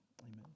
Amen